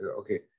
okay